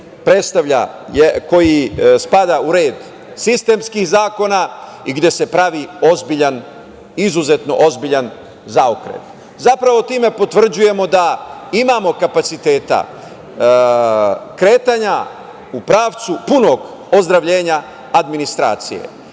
koji spada u red sistemskih zakona i gde se pravi izuzetno ozbiljan zaokret. Zapravo, time potvrđujemo da imamo kapaciteta kretanja u pravcu punog ozdravljenja administracije